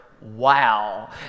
wow